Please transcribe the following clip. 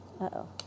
Uh-oh